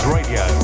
Radio